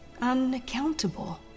unaccountable